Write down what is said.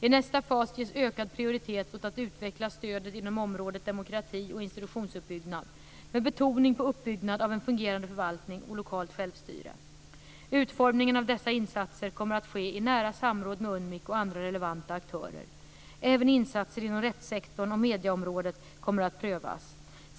I nästa fas ges ökad prioritet åt att utveckla stödet inom området demokrati och institutionsuppbyggnad med betoning på uppbyggnad av en fungerande förvaltning och lokalt självstyre. Utformningen av dessa insatser kommer att ske i nära samråd med UNMIK och andra relevanta aktörer. Även insatser inom rättssektorn och medieområdet kommer att prövas.